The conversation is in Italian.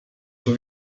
suo